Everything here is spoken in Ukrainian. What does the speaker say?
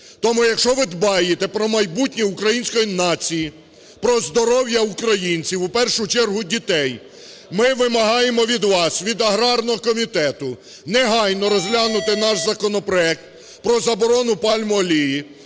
Тому якщо ви дбаєте про майбутнє української нації, про здоров'я українців, у першу чергу дітей. Ми вимагаємо від вас, від аграрного комітету негайно розглянути наш законопроект про заборону пальмової олії,